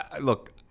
Look